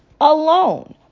alone